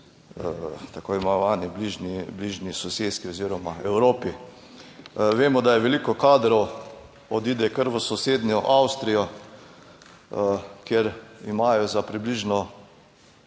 tako imenovani bližnji, bližnji soseski oziroma Evropi. Vemo, da je veliko kadrov odide kar v sosednjo Avstrijo, kjer imajo za približno